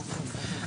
בפסיקה.